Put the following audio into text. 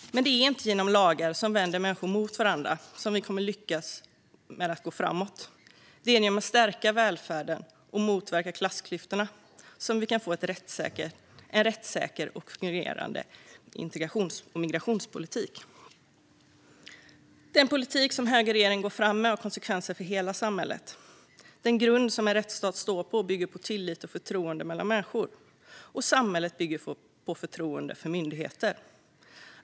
Men det är inte genom lagar som vänder människor mot varandra som vi kommer att lyckas gå framåt. Det är genom att stärka välfärden och motverka klassklyftorna som vi kan få en rättssäker och fungerande integrations och migrationspolitik. Den politik som högerregeringen går fram med har konsekvenser för hela samhället. Den grund som en rättsstat står på bygger på tillit och förtroende mellan människor, och samhället bygger på förtroende för myndigheter.